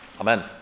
Amen